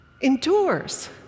endures